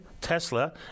Tesla